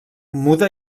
muda